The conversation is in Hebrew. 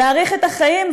להאריך את החיים,